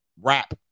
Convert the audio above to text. rap